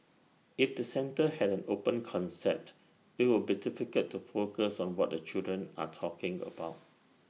if the centre had an open concept it'd be difficult to focus on what the children are talking about